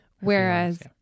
Whereas